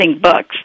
books